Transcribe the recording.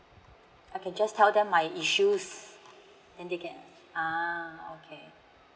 okay just tell them my issues and they can a'ah okay